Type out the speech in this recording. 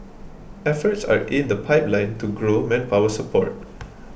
efforts are in the pipeline to grow manpower support